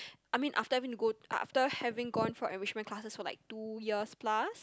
I mean after having to go after having gone for enrichment classes for like two years plus